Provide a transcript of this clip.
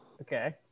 Okay